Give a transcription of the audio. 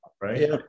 right